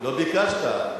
לא ביקשת.